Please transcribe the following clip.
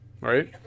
right